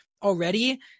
already